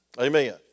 Amen